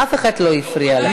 אף אחד לא הפריע לך.